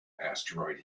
asteroid